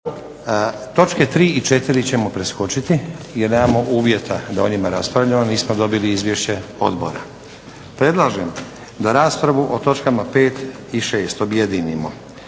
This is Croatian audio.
Točke 3. i 4. ćemo preskočiti jer nemaju uvjeta da o njima raspravljamo. Nismo dobili izvješće odbora. Predlažem da raspravu o točkama 5. i 6. objedinimo.